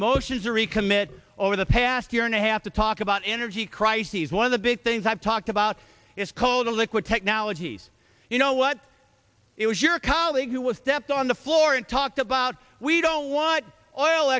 recommit over the past year and a half to talk about energy crises one of the big things i've talked about is coal to liquid technologies you know what it was your colleague who was stepped on the floor and talked about we don't want o